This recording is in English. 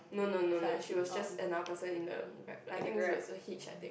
no no no no she was just another person in the Grab like I think this was also Hitch I think